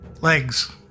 Legs